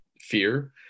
fear